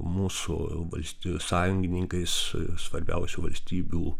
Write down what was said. mūsų valstijų sąjungininkais svarbiausių valstybių